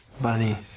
Bunny